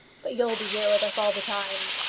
but you'll be here with us all the time.